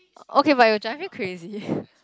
okay but they'll drive me crazy